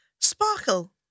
sparkle